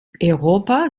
europa